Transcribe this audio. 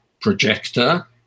projector